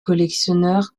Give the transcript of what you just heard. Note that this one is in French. collectionneurs